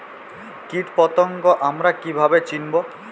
কীটপতঙ্গ আমরা কীভাবে চিনব?